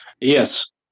yes